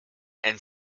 and